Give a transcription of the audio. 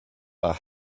are